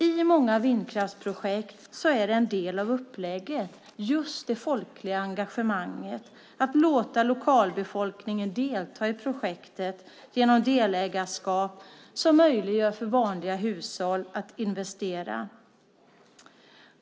I många vindkraftsprojekt är en del av upplägget just det folkliga engagemanget, att låta lokalbefolkningen delta i projektet genom delägarskap som möjliggör för vanliga hushåll att investera.